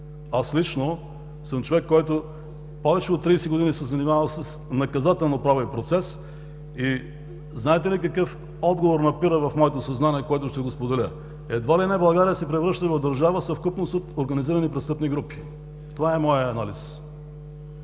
Аз лично съм човек, който повече от 30 години се занимава с наказателноправен процес и знаете ли какъв отговор напира в моето съзнание, който ще го споделя? България се превръща едва ли не в държава – съвкупност от организирани престъпни групи. Това е моят анализ.